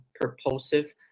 propulsive